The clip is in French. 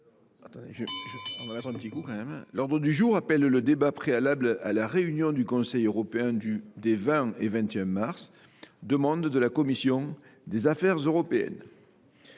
L’ordre du jour appelle le débat préalable à la réunion du Conseil européen des 20 et 21 mars 2025, organisé à la demande de la commission des affaires européennes.